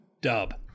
dub